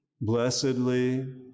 blessedly